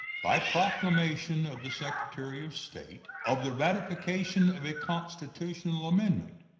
by proclamation of the secretary of state, of the ratification of a constitutional amendment.